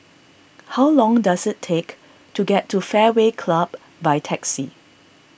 how long does it take to get to Fairway Club by taxi